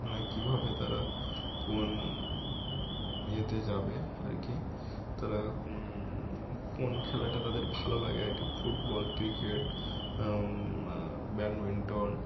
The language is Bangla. মানে কীভাবে তারা কোন এতে যাবে আর কি তারা কোন খেলাটা তাদের ভালো লাগে আর কি ফুটবল ক্রিকেট ব্যাডমিন্টন